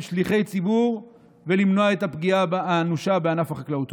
שליחי ציבור ולמנוע את הפגיעה האנושה בענף החקלאות.